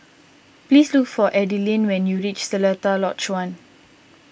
please look for Adilene when you reach Seletar Lodge one